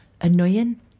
annoying